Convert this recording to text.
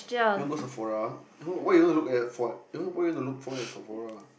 you want go Sephora what you want to look at for what uh what you want to look for at Sephora